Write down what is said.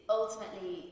ultimately